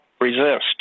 resist